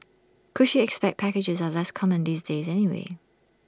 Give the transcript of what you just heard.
cushy expat packages are less common these days anyway